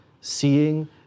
seeing